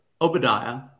Obadiah